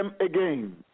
again